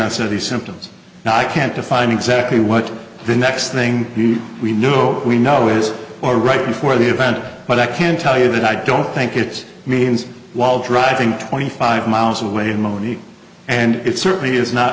onset of the symptoms now i can't define exactly what the next thing we know we know is or right before the event but i can tell you that i don't think it means while driving twenty five miles away and monique and it certainly is not